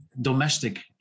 domestic